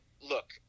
Look